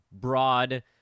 broad